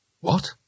What